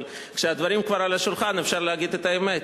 אבל כשהדברים כבר על השולחן אפשר להגיד את האמת: